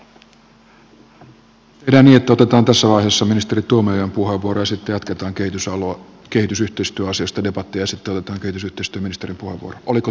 tehdään niin että otetaan tässä vaiheessa ministeri tuomiojan puheenvuoro ja sitten jatketaan kehitysyhteistyöasioista debattia ja sitten otetaan kehitysyhteistyöministerin puheenvuoro